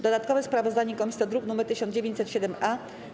Dodatkowe sprawozdanie komisji to druk nr 1907-A.